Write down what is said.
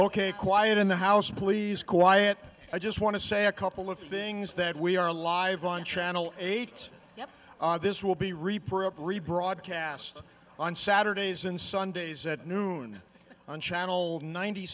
ok quiet in the house please quiet i just want to say a couple of things that we are live on channel eight this will be reprove rebroadcast on saturdays and sundays at noon on channel ninety